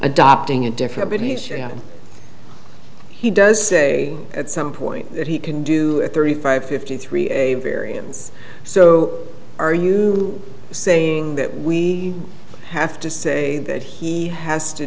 adopting a different video he does say at some point that he can do at thirty five fifty three a variance so are you saying that we have to say that he has to